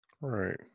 right